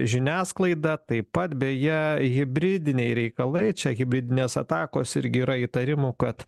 žiniasklaida taip pat beje hibridiniai reikalai čia hibridinės atakos irgi yra įtarimų kad